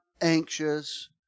anxious